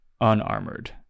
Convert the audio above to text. unarmored